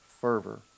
fervor